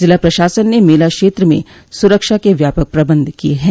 जिला प्रशासन ने मेला क्षेत्र में सुरक्षा के व्यापक प्रबंध किये हैं